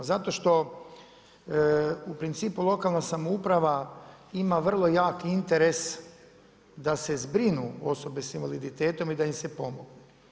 Zato što u principu lokalna samouprava ima vrlo jaki interes da se zbrinu osobe s invaliditetom i da im se pomogne.